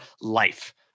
life